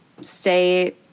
stay